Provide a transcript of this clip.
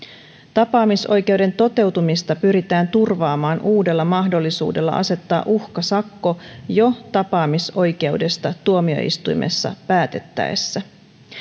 tapaamisoikeuden toteutumista pyritään turvaamaan uudella mahdollisuudella asettaa uhkasakko jo tapaamisoikeudesta tuomioistuimessa päätettäessä